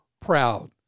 proud